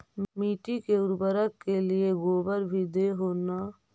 मिट्टी के उर्बरक के लिये गोबर भी दे हो न?